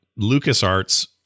LucasArts